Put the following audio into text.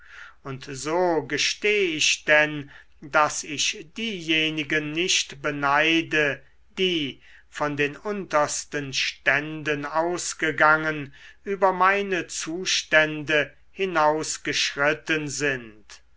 und so gesteh ich denn daß ich diejenigen nicht beneide die von den untersten ständen ausgegangen über meine zustände hinausgeschritten sind